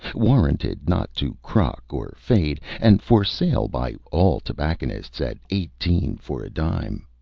warranted not to crock or fade, and for sale by all tobacconists at eighteen for a dime.